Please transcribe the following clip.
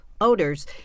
odors